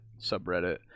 subreddit